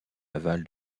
aval